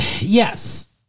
Yes